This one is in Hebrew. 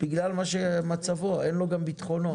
בגלל מצבו, גם אין לו ביטחונות,